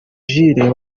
jules